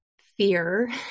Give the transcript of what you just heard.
fear